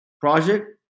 project